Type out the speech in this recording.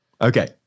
Okay